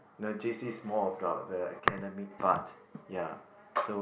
the j_c is more about the academic part ya so